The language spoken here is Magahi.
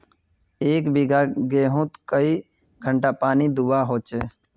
एक बिगहा गेँहूत कई घंटा पानी दुबा होचए?